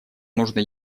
нужно